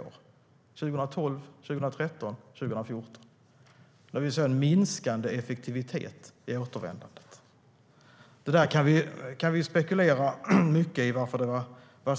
År 2012, 2013 och 2014 såg vi en minskande effektivitet i återvändandet. Vi kan spekulera mycket i varför.